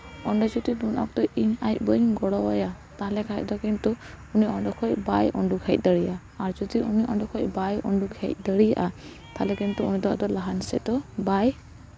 ᱚᱸᱰᱮ ᱡᱩᱫᱤ ᱩᱱ ᱚᱠᱛᱚ ᱤᱧ ᱵᱟᱹᱧ ᱜᱚᱲᱚ ᱟᱭᱟ ᱛᱟᱦᱚᱞᱮ ᱠᱷᱟᱡ ᱫᱚ ᱠᱤᱱᱛᱩ ᱩᱱᱤ ᱚᱸᱰᱮ ᱠᱷᱚᱡ ᱵᱟᱭ ᱳᱰᱳᱠ ᱦᱮᱡ ᱫᱟᱲᱮᱭᱟᱜᱼᱟ ᱟᱨ ᱡᱩᱫᱤ ᱩᱱᱤ ᱚᱸᱰᱮ ᱠᱷᱚᱡ ᱵᱟᱭ ᱩᱰᱩᱠ ᱦᱮᱡ ᱫᱟᱲᱮᱭᱟᱜᱼᱟ ᱛᱟᱦᱚᱞᱮ ᱠᱤᱱᱛᱩ ᱩᱱᱤ ᱫᱚ ᱟᱫᱚ ᱞᱟᱦᱟ ᱥᱮᱫ ᱫᱚ ᱵᱟᱭ